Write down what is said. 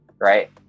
right